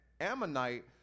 Ammonite